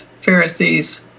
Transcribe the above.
Pharisees